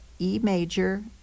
emajor